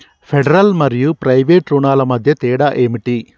Federal మరియు private రుణాల మధ్య తేడా ఏమిటి?